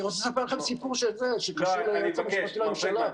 אני רוצה לספר לכם סיפור שקשור ליועץ המשפטי לממשלה.